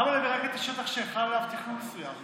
למה לדרג את השטח שחל עליו תכנון מסוים?